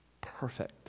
perfect